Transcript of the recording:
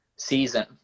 season